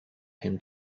him